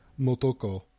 Motoko